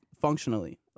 functionally